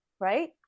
right